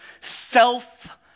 self